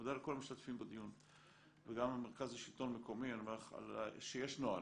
מודה לכל המשתתפים בדיון וגם למרכז השלטון המקומי - שיש נוהל,